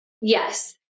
Yes